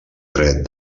dret